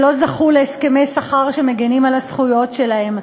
שלא זכו להסכמי שכר שמגינים על הזכויות שלהם.